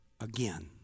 again